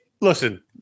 Listen